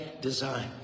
design